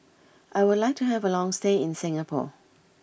I would like to have a long stay in Singapore